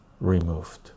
removed